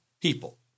people